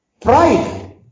pride